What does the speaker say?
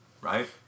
right